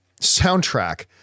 soundtrack